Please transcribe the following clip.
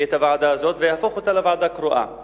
את הוועדה הזאת ויהפוך אותה לוועדה קרואה.